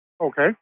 okay